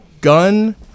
gun